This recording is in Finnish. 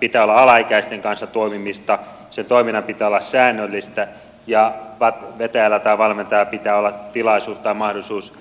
pitää olla alaikäisten kanssa toimimista sen toiminnan pitää olla säännöllistä ja vetäjällä tai valmentajalla pitää olla tilaisuus tai mahdollisuus